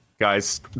Guys